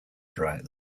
throughout